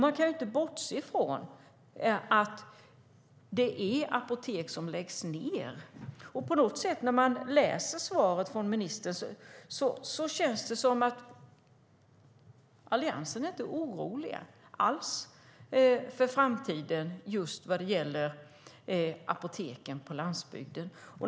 Man kan inte bortse från att apotek läggs ned. När man läser det skriftliga svaret från ministern känns det som att Alliansen inte alls är orolig för framtiden vad gäller apoteken på landsbygden.